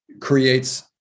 creates